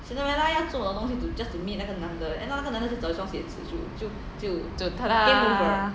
ta-da